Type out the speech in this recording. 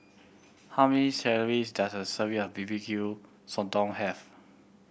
how many calories does a serving of B B Q Sotong have